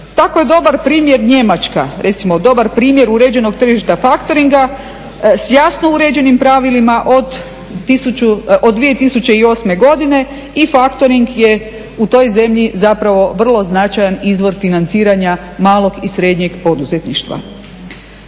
Tako je dobar primjer Njemačka, recimo dobar primjer uređenog tržišta faktoringa sa jasno uređenim pravilima od 2008. godine i faktoring je u toj zemlji zapravo vrlo značajan izvor financiranja malog i srednjeg poduzetništva.